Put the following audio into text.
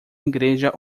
igreja